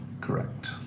correct